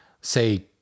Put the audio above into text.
say